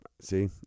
see